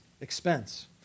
expense